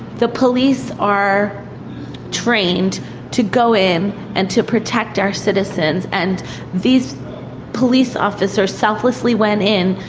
the police are trained to go in and to protect our citizens and these police officers selflessly went in,